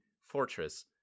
fortress